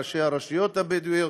ראשי הרשויות הבדואיות,